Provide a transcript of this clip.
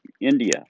India